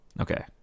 Okay